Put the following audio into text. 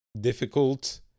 difficult